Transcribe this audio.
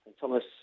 Thomas